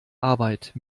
arbeit